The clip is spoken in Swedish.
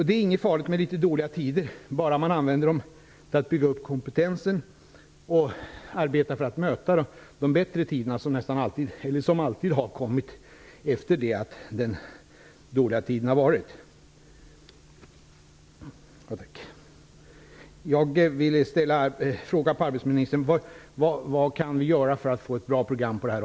Det är inget farligt med litet dåliga tider, bara man använder dem till att bygga upp kompetensen och arbeta för att möta de bättre tider som alltid har kommit efter det att det har varit dåliga tider.